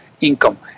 income